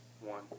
One